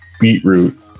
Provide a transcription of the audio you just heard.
beetroot